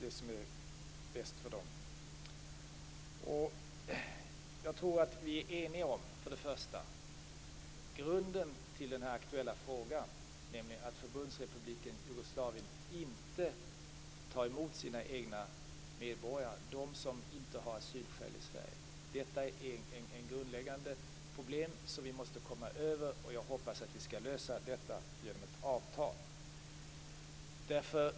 Jag tror för det första att vi är eniga om grunden till den aktuella frågan, nämligen att förbundsrepubliken Jugoslavien inte tar emot sina egna medborgare som inte har asylskäl i Sverige. Detta är ett grundläggande problem, som vi måste komma över. Jag hoppas att vi skall lösa detta genom ett avtal.